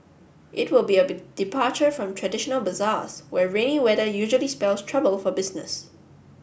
it will be a be departure from traditional bazaars where rainy weather usually spells trouble for business